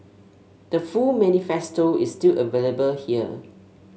the full manifesto is still available here